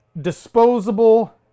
disposable